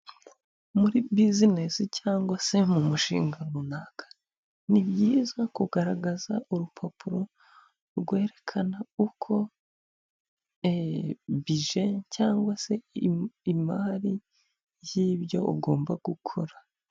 Muri bizinesi cyangwa se mu mushinga runaka, ni byiza kugaragaza urupapuro rwerekana uko bije cyangwa se imari y'ibyo ugomba gukora.